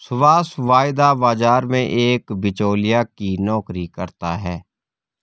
सुभाष वायदा बाजार में एक बीचोलिया की नौकरी करता है